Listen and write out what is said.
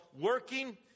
working